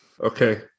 Okay